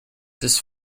this